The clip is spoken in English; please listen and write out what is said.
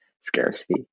scarcity